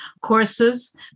courses